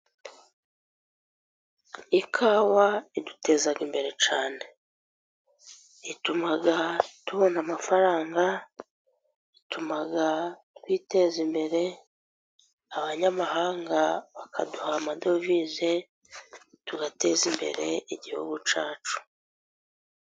Ikawa iduteza imbere cyane. Ituma tubona amafaranga, ituma twiteza imbere, abanyamahanga bakaduha amadovivize, tugateza imbere igihugu cyacu.